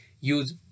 use